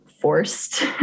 forced